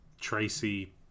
Tracy